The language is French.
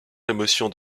l’émotion